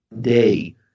Day